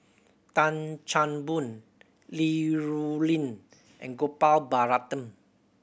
Tan Chan Boon Li Rulin and Gopal Baratham